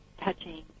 touching